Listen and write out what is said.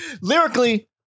Lyrically